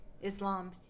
islam